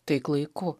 tai klaiku